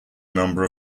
number